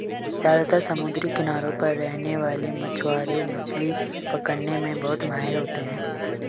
ज्यादातर समुद्री किनारों पर रहने वाले मछवारे मछली पकने में बहुत माहिर होते है